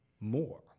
more